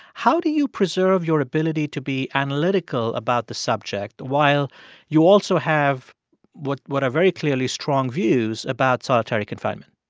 how do you preserve your ability to be analytical about the subject while you also have what what are very clearly strong views about solitary confinement?